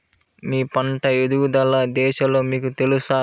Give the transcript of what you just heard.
మీ పంట ఎదుగుదల దశలు మీకు తెలుసా?